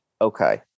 Okay